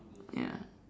ya